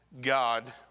God